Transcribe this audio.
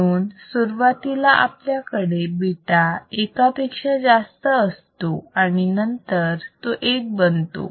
म्हणून सुरुवातीला आपल्याकडे बीटा एकापेक्षा जास्त असतो आणि नंतर तो एक बनतो